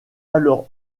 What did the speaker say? alors